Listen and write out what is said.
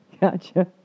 Gotcha